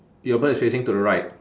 your bird is facing to the right